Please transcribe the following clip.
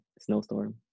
snowstorm